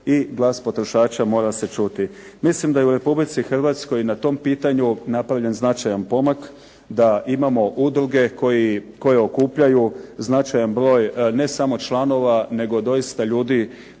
i glas potrošača mora se čuti. Mislim da i u Republici Hrvatskoj i na tom pitanju napravljen značajan pomak, da imamo udruge koje okupljaju značajan broj ne samo članova nego doista ljudi